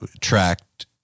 tracked